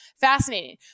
fascinating